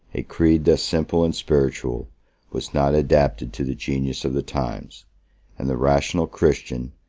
a creed thus simple and spiritual was not adapted to the genius of the times and the rational christian,